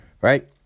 right